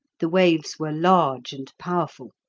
the waves were large and powerful.